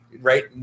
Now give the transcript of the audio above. right